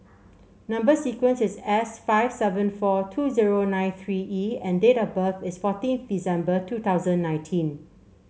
number sequence is S five seven four two zero nine three E and date of birth is fourteenth December two thousand nineteen